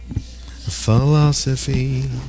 Philosophy